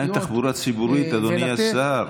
מה עם התחבורה הציבורית, אדוני השר?